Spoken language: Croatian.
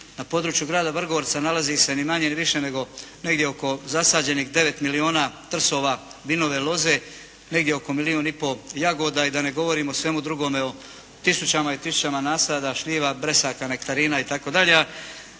Na području grada Vrgorca nalazi se ni manje ni više nego negdje oko zasađenih 9 milijuna trsova vinove loze, negdje oko milijun i pol jagoda, i da ne govorim o svemu drugome o tisućama i tisućama nasada šljiva, bresaka, nektarina itd.,